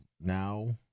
now